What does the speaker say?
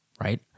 right